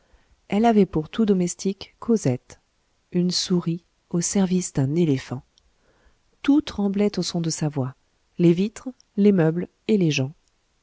elle avait pour tout domestique cosette une souris au service d'un éléphant tout tremblait au son de sa voix les vitres les meubles et les gens